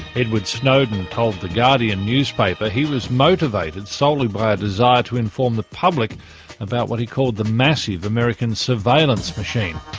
edward snowden told the guardian newspaper he was motivated solely by a desire to inform the public about what he called the massive american surveillance machine.